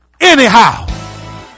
anyhow